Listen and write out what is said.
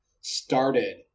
started